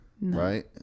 right